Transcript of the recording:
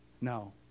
no